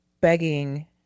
begging